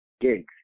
gigs